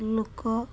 ଲୋକ